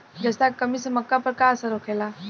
जस्ता के कमी से मक्का पर का असर होखेला?